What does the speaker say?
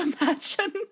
imagine